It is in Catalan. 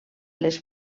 les